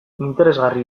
interesgarri